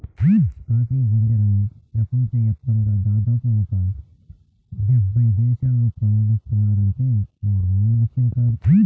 coffee గింజలను ప్రపంచ యాప్తంగా దాదాపు ఒక డెబ్బై దేశాల్లో పండిత్తున్నారంటే మామూలు విషయం కాదు